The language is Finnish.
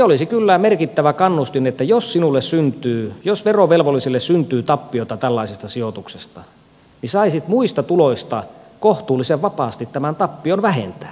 olisi kyllä merkittävä kannustin että jos verovelvolliselle syntyy tappiota tällaisesta sijoituksesta niin hän saisi muista tuloista kohtuullisen vapaasti tämän tappion vähentää